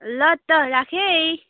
ल त राखेँ है